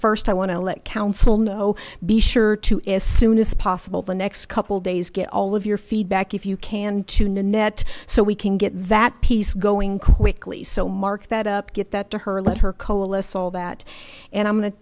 first i want to let council know be sure to as soon as possible the next couple days get all of your feedback if you can to nanette so we can get that piece going quickly so mark that up get that to her let her coalesce all that and i'm gonna